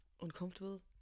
uncomfortable